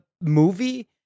movie